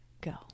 Go